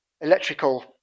electrical